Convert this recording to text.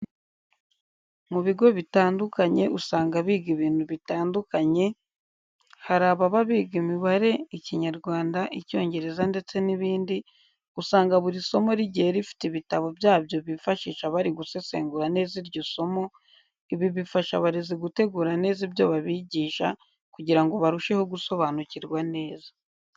Mu bigo bitandukanye usanga biga ibintu bitandukanye, hari ababa biga imibare, Ikinyarwanda, Icyongereza ndetse n'ibindi, usanga buri somo rigiye rifite ibitabo byabyo bifashisha bari gusesengura neza iryo somo, ibi bifasha abarezi gutegura neza ibyo babigisha kugira ngo barusheho gusobanukirwa neza.